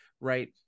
right